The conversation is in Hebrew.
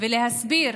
ולהסביר